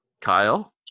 Kyle